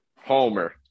Homer